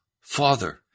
Father